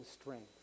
strength